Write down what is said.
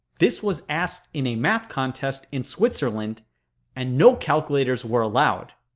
this was asked in a math contest in switzerland and no calculators were allowed.